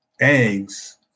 eggs